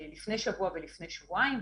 לפני שבוע ולפני שבועיים.